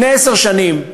לפני עשר שנים